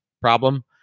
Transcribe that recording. problem